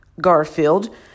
garfield